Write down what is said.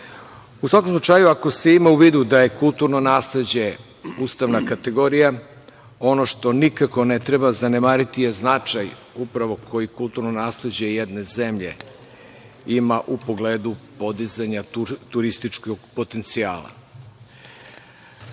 svakom slučaju, ako se ima u vidu da je kulturno nasleđe ustavna kategorija, ono što nikako ne treba zanemariti je značaj koji kulturno nasleđe jedne zemlje ima u pogledu podizanja turističkog potencijala. Koliki